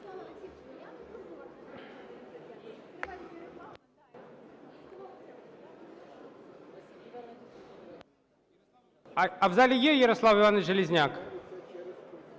А в залі є Ярослав Іванович Железняк?